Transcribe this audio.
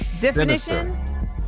definition